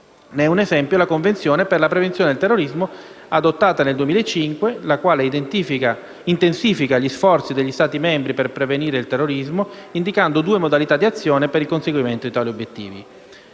un esempio la Convenzione per la prevenzione del terrorismo, adottata nel 2005, la quale intensifica gli sforzi degli Stati membri per prevenire il terrorismo, indicando due modalità di azione per il conseguimento di tali obiettivi: